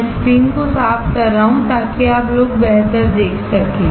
मैं स्क्रीन को साफ कर रहा हूं ताकि आप लोग बेहतर देख सकें